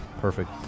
Perfect